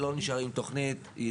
להחליט אם ממשיכים בתוכנית או לא,